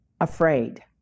afraid